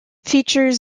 features